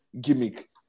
gimmick